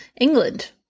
England